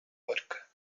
work